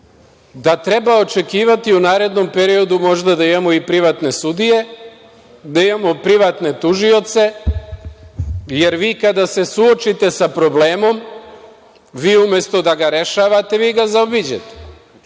da treba očekivati u narednom periodu možda da imamo i privatne sudije, da imamo privatne tužioce, jer vi kada se suočite sa problemom, vi umesto da ga rešavate, vi ga zaobiđete?